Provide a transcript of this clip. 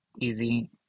easy